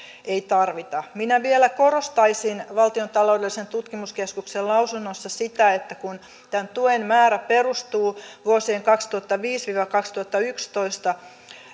ei tarvita minä vielä korostaisin valtion taloudellisen tutkimuskeskuksen lausunnossa sitä että kun tämän tuen määrä perustuu vuosien kaksituhattaviisi viiva kaksituhattayksitoista